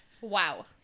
wow